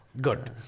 good